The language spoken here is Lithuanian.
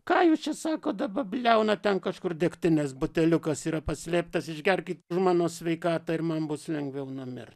ką jūs čia sako daba bliaunat ten kažkur degtinės buteliukas yra paslėptas išgerkit už mano sveikatą ir man bus lengviau numirt